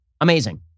Amazing